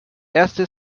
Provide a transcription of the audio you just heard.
erste